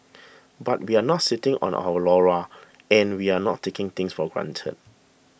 but we're not sitting on our laurels and we're not taking things for granted